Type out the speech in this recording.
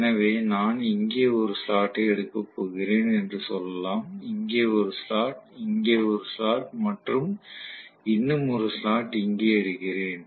எனவே நான் இங்கே ஒரு ஸ்லாட்டை எடுக்கப் போகிறேன் என்று சொல்லலாம் இங்கே ஒரு ஸ்லாட் இங்கே ஒரு ஸ்லாட் மற்றும் இன்னும் ஒரு ஸ்லாட் இங்கே எடுக்கிறேன்